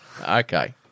Okay